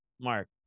Mark